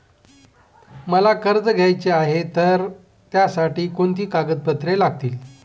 मला कर्ज घ्यायचे आहे तर त्यासाठी कोणती कागदपत्रे लागतील?